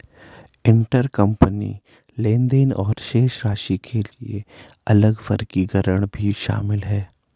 intercompany लेनदेन और शेष राशि के लिए अलग वर्गीकरण भी शामिल हैं